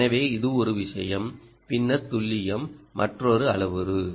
எனவே இது ஒரு விஷயம் பின்னர் துல்லியம் மற்றொரு அளவுரு